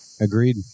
agreed